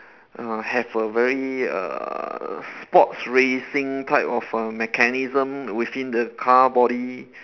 uh have a very err sports racing type of err mechanism within the car body